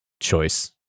choice